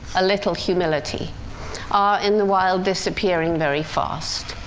a little humility are in the wild, disappearing very fast.